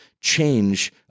change